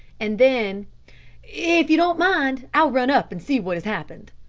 and then if you don't mind, i'll run up and see what has happened.